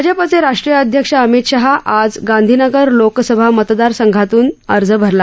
भाजपचे राष्ट्रीय अध्यक्ष अमित शहा यांनी आज गांधीनगर लोकसभा मतदारसंघातून अर्ज भरला